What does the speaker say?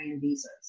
visas